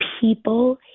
people